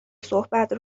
صحبت